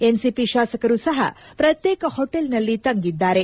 NCP ಶಾಸಕರು ಸಪ ಪ್ರತ್ಯೇಕ ಹೋಟೆಲ್ನಲ್ಲಿ ತಂಗಿದ್ದಾರೆ